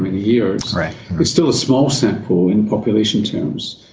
years, it's still a small sample in population terms.